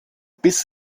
bis